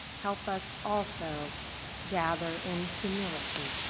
help us also gather in humility.